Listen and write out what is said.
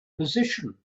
position